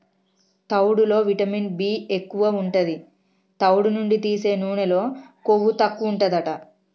తవుడులో vitamin B ఎక్కువు ఉంటది, తవుడు నుండి తీసే నూనెలో కొవ్వు తక్కువుంటదట